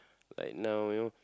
like now you know